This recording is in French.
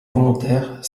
volontaires